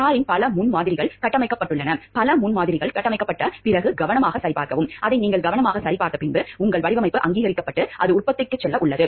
காரின் பல முன்மாதிரிகள் கட்டமைக்கப்பட்டுள்ளன பல முன்மாதிரிகள் கட்டமைக்கப்பட்ட பிறகு கவனமாகச் சரிபார்க்கவும் அதை நீங்கள் கவனமாகச் சரிபார்க்கவும் உங்கள் வடிவமைப்பு அங்கீகரிக்கப்பட்டு அது உற்பத்திக்குச் செல்ல உள்ளது